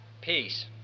peace